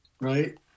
right